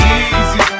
easy